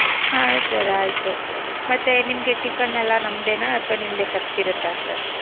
ಹಾಂ ಸರ್ ಆಯಿತು ಮತ್ತೆ ನಿಮಗೆ ಟಿಫನ್ನೆಲ್ಲ ನಮ್ಮದೇನಾ ಅಥವಾ ನಿಮ್ದೆ ಖರ್ಚು ಇರುತ್ತಾ ಸರ್